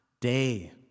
day